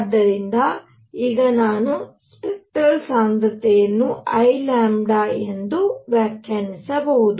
ಆದ್ದರಿಂದ ಈಗ ನಾನು ಸ್ಪೆಕ್ಟರಲ್ ಸಾಂದ್ರತೆಯನ್ನು Iಎಂದು ವ್ಯಾಖ್ಯಾನಿಸಬಹುದು